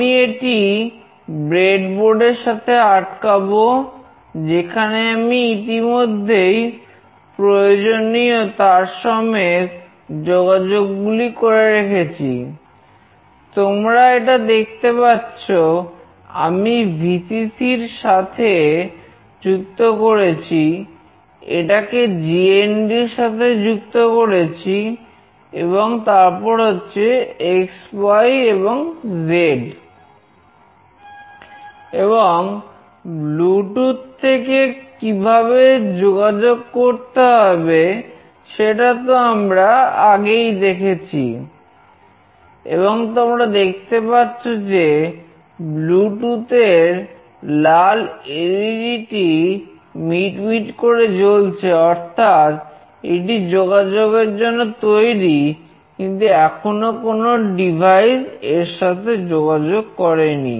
আমি এটি ব্রেডবোর্ড টি মিটমিট করে জ্বলছে অর্থাৎ এটি যোগাযোগের জন্য তৈরি কিন্তু এখনো কোন ডিভাইস এর সাথে যোগাযোগ করেনি